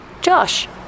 Josh